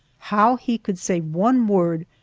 how he could say one word,